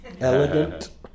Elegant